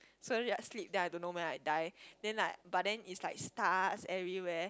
slowly I sleep then I don't know when I die then like but then is like stars everywhere